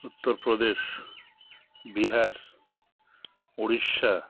Uttar Pradesh Bihar Orissa